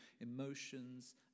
emotions